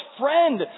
friend